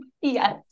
Yes